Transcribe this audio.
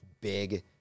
big